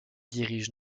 dirige